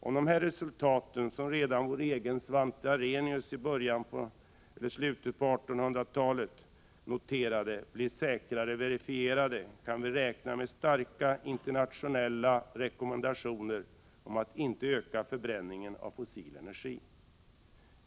Om dessa resultat — som redan vår egen Svante Arrhenius i slutet av 1800-talet noterade — blir bättre verifierade, kan vi räkna med starka internationella rekommendationer om att inte öka förbränningen av fossil energi.